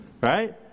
Right